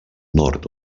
nord